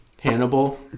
Hannibal